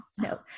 No